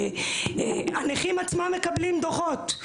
אבל הנכים עצמם מקבלים דוחות.